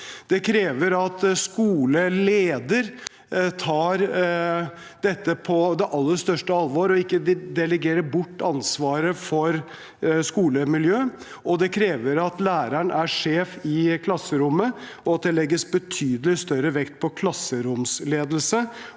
Det krever at skoleleder tar dette på det aller største alvor og ikke delegerer bort ansvaret for skolemiljøet. Det krever at læreren er sjef i klasserommet, at det legges betydelig større vekt på klasseromsledelse